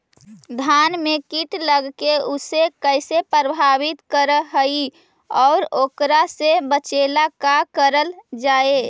धान में कीट लगके उसे कैसे प्रभावित कर हई और एकरा से बचेला का करल जाए?